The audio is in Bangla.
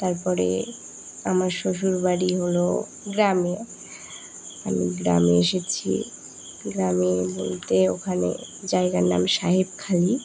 তারপরে আমার শ্বশুরবাড়ি হলো গ্রামে আমি গ্রামে এসেছি গ্রামে বলতে ওখানে জায়গার নাম সাহেবখালী